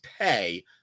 pay